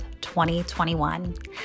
2021